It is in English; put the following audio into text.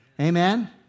Amen